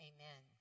Amen